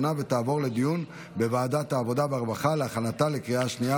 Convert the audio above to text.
העבודה והרווחה נתקבלה.